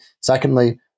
secondly